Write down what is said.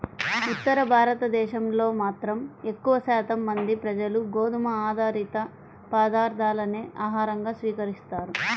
ఉత్తర భారతదేశంలో మాత్రం ఎక్కువ శాతం మంది ప్రజలు గోధుమ ఆధారిత పదార్ధాలనే ఆహారంగా స్వీకరిస్తారు